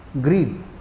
Greed